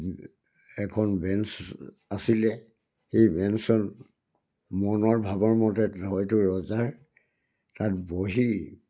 এখন বেঞ্চ আছিলে সেই বেঞ্চত মনৰ ভাৱৰ মতে হয়তো ৰজাৰ তাত বহি